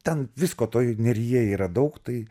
ten visko toj neryje yra daug tai